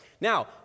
Now